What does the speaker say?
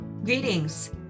Greetings